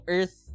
Earth